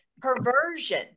perversion